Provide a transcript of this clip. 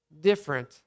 different